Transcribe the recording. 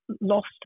lost